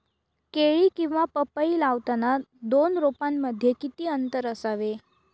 केळी किंवा पपई लावताना दोन रोपांमध्ये किती अंतर असावे?